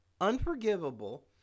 unforgivable